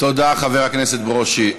תודה, חבר הכנסת ברושי.